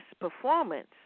Performance